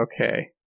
Okay